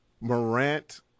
Morant